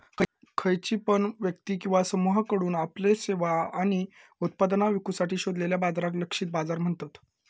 खयची पण व्यक्ती किंवा समुहाकडुन आपल्यो सेवा आणि उत्पादना विकुसाठी शोधलेल्या बाजाराक लक्षित बाजार म्हणतत